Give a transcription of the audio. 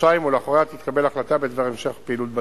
כחודשיים ולאחריה תתקבל החלטה בדבר המשך הפעילות בנושא.